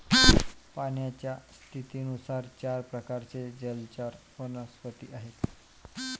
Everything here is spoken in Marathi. पाण्याच्या स्थितीनुसार चार प्रकारचे जलचर वनस्पती आहेत